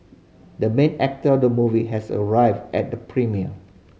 the main actor of the movie has arrived at the premiere